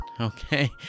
Okay